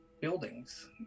buildings